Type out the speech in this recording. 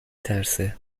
ترسه